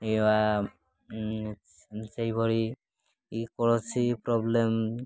ସେହିଭଳି କୌଣସି ପ୍ରୋବ୍ଲେମ୍